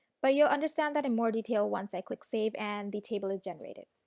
but you will understand that in more detail once i click save and the table is generated.